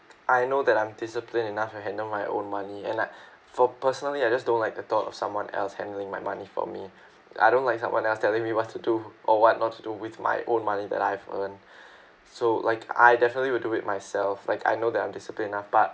I know that I'm disciplined enough to handle my own money and I for personally I just don't like the thought of someone else handling my money for me I don't like someone else telling me what to do or what not to do with my own money that I've earned so like I definitely would do it myself like I know that I'm discipline enough but